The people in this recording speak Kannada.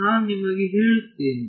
ನಾನು ನಿಮಗೆ ಹೇಳುತ್ತೇನೆ